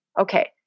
Okay